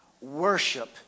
Worship